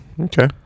okay